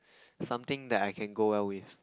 something that I can go well with